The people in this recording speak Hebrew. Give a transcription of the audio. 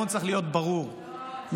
אני בתוך התחום הזה כבר למעלה מ-20